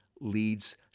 leads